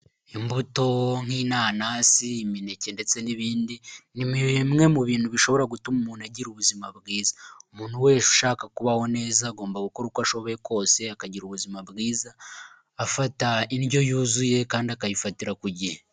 Imbuto nk'inana, imineke ndetse n'ibindi ni bimwe mu bintu bishobora gutuma umuntu agira ubuzima bwiza, umuntu wese ushaka kubaho neza agomba gukora uko ashoboye kose akagira ubuzima bwiza, afata indyo yuzuye kandi akayifatira ku gihe.